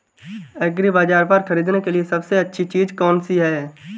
एग्रीबाज़ार पर खरीदने के लिए सबसे अच्छी चीज़ कौनसी है?